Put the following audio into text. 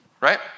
right